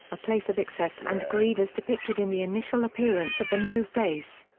a place of excess and greed as depicted in the initial appearance of the no-face.